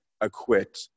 acquit